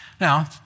Now